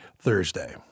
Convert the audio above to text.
Thursday